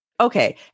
okay